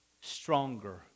stronger